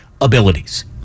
abilities